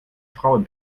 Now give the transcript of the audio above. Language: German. frauen